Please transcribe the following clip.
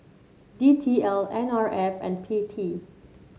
D T L N R F and P T